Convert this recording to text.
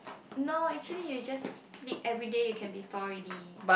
no actually you just sleep everyday you can be tall already